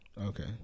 Okay